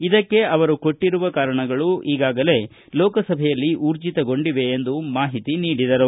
ಇದಕ್ಕೆ ಅವರು ಕೊಟ್ಟಿರುವ ಕಾರಣಗಳು ಈಗಾಗಲೇ ಲೋಕಸಭೆಯಲ್ಲಿ ಉರ್ಜಿತಗೊಂಡಿವೆ ಎಂದು ಮಾಹಿತಿ ನೀಡಿದರು